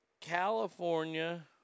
California